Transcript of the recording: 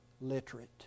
literate